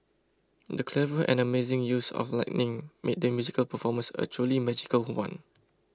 the clever and amazing use of lighting made the musical performance a truly magical one